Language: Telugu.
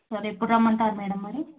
సరే ఎప్పుడు రమ్మంటారు మేడం మరి